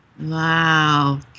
Wow